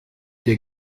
der